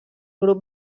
grup